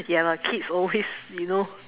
ya lah kids always you know